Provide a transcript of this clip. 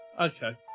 Okay